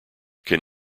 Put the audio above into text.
can